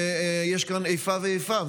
ויש כאן איפה ואיפה.